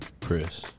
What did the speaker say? Chris